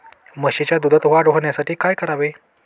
म्हशीच्या दुधात वाढ होण्यासाठी काय करावे?